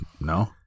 no